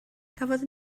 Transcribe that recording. cafodd